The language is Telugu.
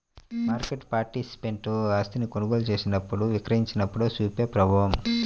మార్కెట్ పార్టిసిపెంట్ ఆస్తిని కొనుగోలు చేసినప్పుడు, విక్రయించినప్పుడు చూపే ప్రభావం